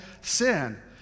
sin